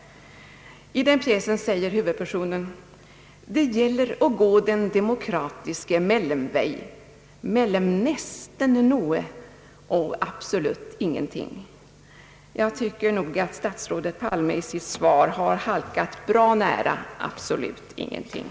I den pjäsen säger huvudpersonen: »Det gjzelder at gaa den demokratiske mellemvej mellem nesten noe og absolutt ingenting.» Jag tycker nog att statsrådet Palme i sitt svar har halkat bra nära »absolutt ingenting».